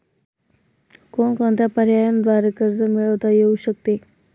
कोणकोणत्या पर्यायांद्वारे कर्ज मिळविता येऊ शकते?